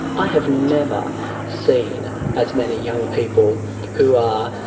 i have never seen as many young people who are,